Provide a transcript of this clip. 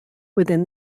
within